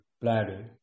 bladder